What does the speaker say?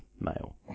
male